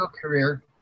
career